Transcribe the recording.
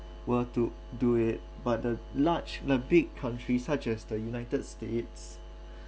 were to do it but the large the big countries such as the united states